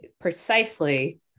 precisely